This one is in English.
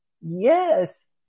Yes